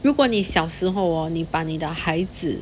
如果你小时候 hor 你把你的孩子